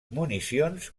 municions